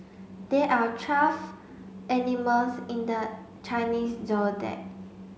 there are twelve animals in the Chinese Zodiac